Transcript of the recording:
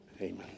Amen